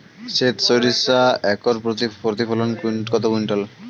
সেত সরিষা একর প্রতি প্রতিফলন কত কুইন্টাল?